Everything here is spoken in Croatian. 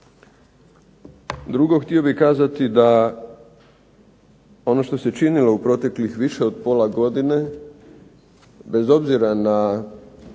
Drugo htio bih kazati da ono što se činilo u proteklih više od pola godine bez obzira na